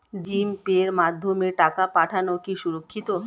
ভিম পের মাধ্যমে টাকা পাঠানো কি সুরক্ষিত?